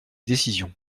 décisions